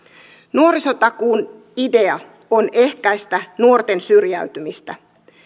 nuorisotakuun idea on ehkäistä nuorten syrjäytymistä